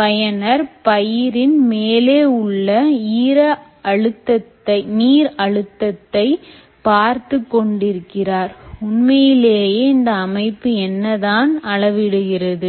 பயனர் பயிரின் மேலே உள்ள நீர் அழுத்தத்தை பார்த்துக்கொண்டிருக்கிறார் உண்மையிலேயே இந்த அமைப்பு என்னதான் அளவடுகிறது